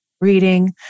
reading